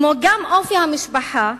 כמו כן, אופי המשפחה: